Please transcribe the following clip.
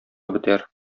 бетәр